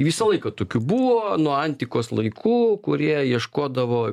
visą laiką tokių buvo nuo antikos laikų kurie ieškodavo